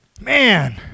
Man